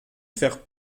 faire